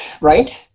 right